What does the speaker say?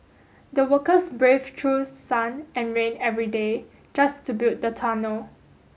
the workers braved through sun and rain every day just to build the tunnel